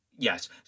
Yes